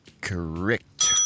Correct